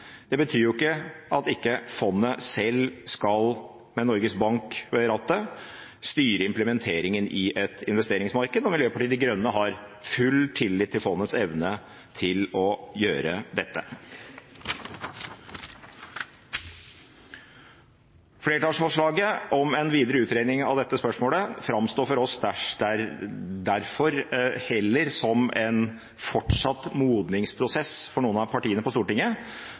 betyr ikke at ikke fondet selv – med Norges Bank ved rattet – skal styre implementeringen i et investeringsmarked, og Miljøpartiet De Grønne har full tillit til fondets evne til å gjøre dette. Flertallsforslaget om en videre utredning av dette spørsmålet framstår for oss derfor heller som en fortsatt modningsprosess for noen av partiene på Stortinget